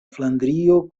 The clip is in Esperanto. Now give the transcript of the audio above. flandrio